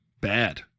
Bad